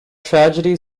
tragedy